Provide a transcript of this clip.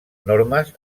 normes